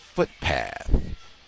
footpath